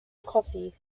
coffee